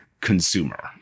consumer